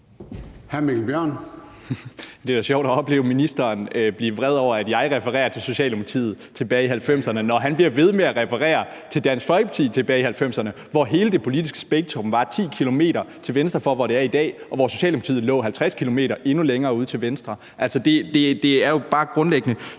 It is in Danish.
13:39 Mikkel Bjørn (DF): Det er da sjovt at opleve ministeren blive vred over, at jeg refererer til Socialdemokratiet tilbage i 1990'erne, når han bliver ved med at referere til Dansk Folkeparti tilbage i 1990'erne, hvor hele det politiske spektrum var 10 km til venstre for der, hvor det er i dag, og hvor Socialdemokratiet lå 50 km endnu længere ude til venstre. Det er jo bare grundlæggende